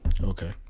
Okay